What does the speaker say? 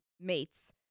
mates